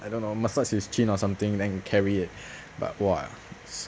I don't know massage it's chin or something then carry it but !wah!